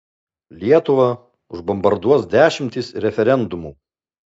lietuvą užbombarduos dešimtys referendumų